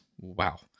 Wow